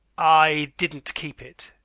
i didn't keep it.